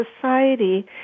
society